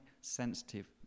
sensitive